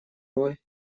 роль